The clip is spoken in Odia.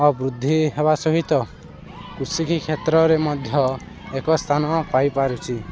ବୃଦ୍ଧି ହେବା ସହିତ କୃଷି କି କ୍ଷେତ୍ରରେ ମଧ୍ୟ ଏକ ସ୍ଥାନ ପାଇପାରୁଛି